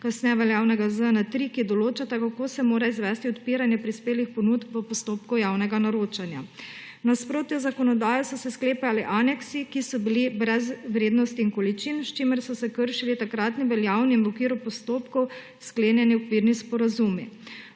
kasneje veljavnega ZJN-3, ki določata, kako se mora izvesti odpiranje prispelih ponudb v postopku javnega naročanja. V nasprotju z zakonodajo so se sklepali aneksi, ki so bili brez vrednosti in količin, s čimer so se kršili takratni veljavni v okviru postopkov sklenjeni okvirni sporazumi.